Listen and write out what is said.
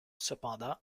cependant